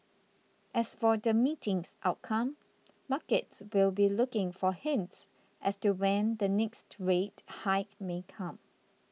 as for the meeting's outcome markets will be looking for hints as to when the next rate hike may come